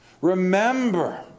Remember